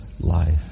life